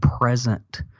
present